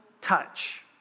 touch